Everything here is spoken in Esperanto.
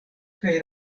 kaj